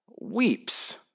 weeps